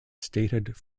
statehood